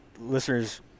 Listeners